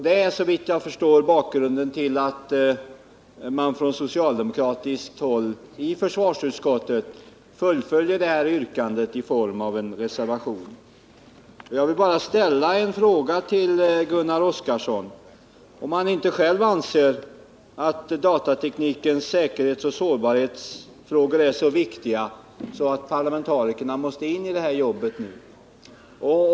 Det är såvitt jag förstår bakgrunden till att man från socialdemokratiskt håll i försvarsutskottet fullföljer detta yrkande i form av en reservation. Jag vill fråga Gunnar Oskarson om han inte själv anser att datateknikens säkerhetsoch sårbarhetsfrågor är så viktiga att parlamentarikerna måste komma in i detta arbete nu.